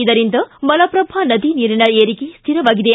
ಇದರಿಂದ ಮಲಪ್ರಭಾ ನದಿ ನೀರಿನ ಏರಿಕೆ ಸ್ವಿರವಾಗಿದೆ